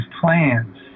plans